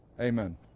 Amen